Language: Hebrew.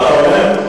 מה אתה אומר?